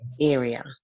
area